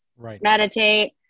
meditate